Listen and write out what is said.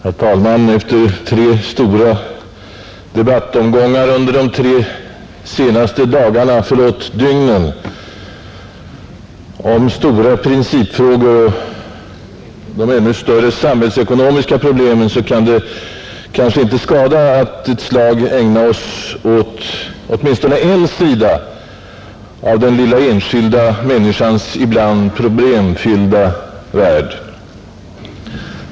Herr talman! Efter tre stora debattomgångar under de tre senaste dagarna — förlåt: dygnen — om stora principfrågor och de ännu större samhällsekonomiska problemen kan det kanske inte skada att vi ett slag ägnar oss åt åtminstone en sida av den lilla enskilda människans ibland problemfyllda värld.